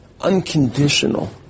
unconditional